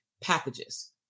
packages